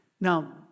now